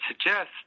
suggest